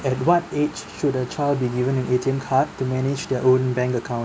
at what age should a child be given an A_T_M card to manage their own bank account